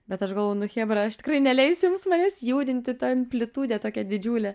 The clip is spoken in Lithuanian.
bet aš galvoju nu chebra aš tikrai neleisiu jums manęs judinti ta amplitudė tokia didžiulė